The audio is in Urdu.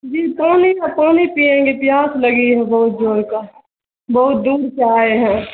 جی پانی پانی پئیں گے پیاس لگی ہے بہت زور کا بہت دور سے آئے ہیں